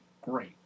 Great